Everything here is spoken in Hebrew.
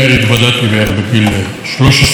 בגיל 13. הייתי אז חניך של השומר הצעיר אבל